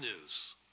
news